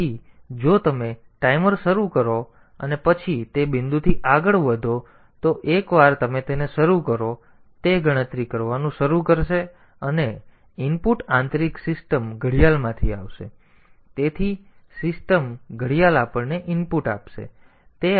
તેથી જો તમે ટાઈમર શરૂ કરો અને પછી તે બિંદુથી આગળ વધો તો તો એકવાર તમે તેને શરૂ કરો તો તે ગણતરી કરવાનું શરૂ કરશે અને ઇનપુટ આંતરિક સિસ્ટમ ઘડિયાળમાંથી આવશે તેથી સિસ્ટમ ઘડિયાળ આપણને ઇનપુટ આપશે